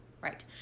Right